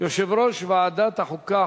יושב-ראש ועדת החוקה,